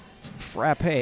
frappe